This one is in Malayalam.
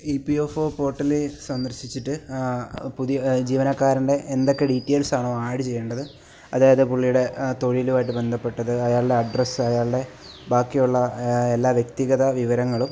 ഇ പി എഫൊ പോർട്ടല് സന്ദർശിച്ചിട്ട് പുതിയ ജീവനക്കാരൻ്റെ എന്തൊക്കെ ഡീറ്റെയിൽസാണൊ ആഡ് ചെയ്യേണ്ടത് അതായത് പുള്ളിയുടെ തൊഴിലുമായിട്ട് ബന്ധപ്പെട്ടത് അയാളുടെ അഡ്രസ്സ് അയാളുടെ ബാക്കിയുള്ള എല്ലാ വ്യക്തിഗത വിവരങ്ങളും